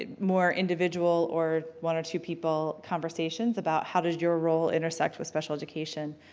ah more individual or one or two people conversations about how does your role intersect with special education?